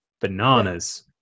bananas